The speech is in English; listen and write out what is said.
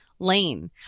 Lane